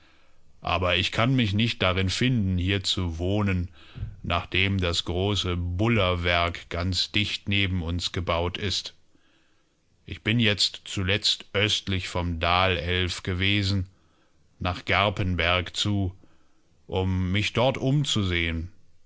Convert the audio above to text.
aber ich kann mich nicht darin finden hier zu wohnen nachdem das große bullerwerk ganz dicht neben uns gebaut ist ich bin jetzt zuletzt östlich vom dalelf gewesen nach garpenberg zu um mich dort umzusehen